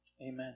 Amen